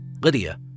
Lydia